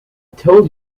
told